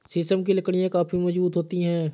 शीशम की लकड़ियाँ काफी मजबूत होती हैं